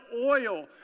oil